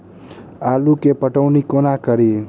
आलु केँ पटौनी कोना कड़ी?